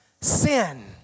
sin